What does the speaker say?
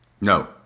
No